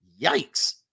Yikes